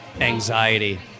anxiety